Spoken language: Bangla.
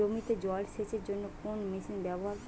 জমিতে জল সেচের জন্য কোন মেশিন ব্যবহার করব?